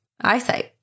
eyesight